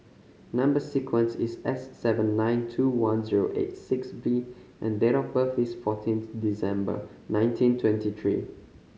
number sequence is S seven nine two one zero eight six V and date of birth is fourteenth December nineteen twenty three